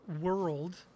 world